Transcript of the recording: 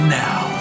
now